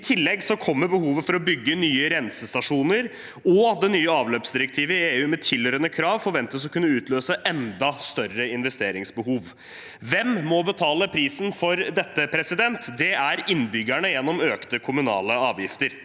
I tillegg kommer behovet for å bygge nye rensestasjoner, og det nye avløpsdirektivet i EU med tilhørende krav forventes å kunne utløse enda større investeringsbehov. Hvem må betale prisen for dette? Det er innbyggerne – gjennom økte kommunale avgifter.